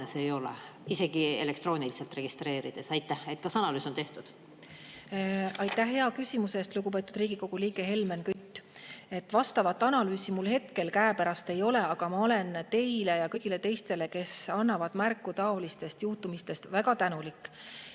see ei ole, isegi elektrooniliselt registreerides. Kas analüüs on tehtud? Aitäh hea küsimuse eest, lugupeetud Riigikogu liige Helmen Kütt! Vastavat analüüsi mul hetkel käepärast ei ole, aga ma olen teile ja kõigile teistele, kes annavad märku taolistest juhtumitest, väga tänulik.